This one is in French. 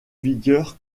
vigueur